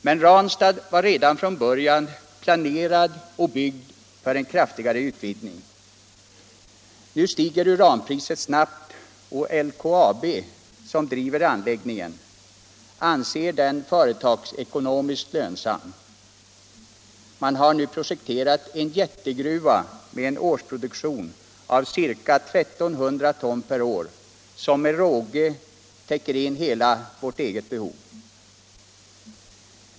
Men Ranstad var redan från början planerat och byggt för en kraftigare utvidgning. Nu stiger uranpriset snabbt, och LKAB, som driver anläggningen, anser den företagsekonomiskt lönsam. Man har nu projekterat jättegruva med en årsproduktion av ca 1 300 ton per år, som med råge täcker in hela vårt eget behov.